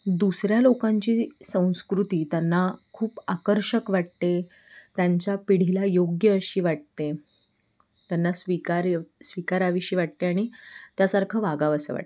दुसऱ्या लोकांची संस्कृती त्यांना खूप आकर्षक वाटते त्यांच्या पिढीला योग्य अशी वाटते त्यांना स्वीकार्य स्वीकारावीशी वाटते आणि त्यासारखं वागावंसं वाटतं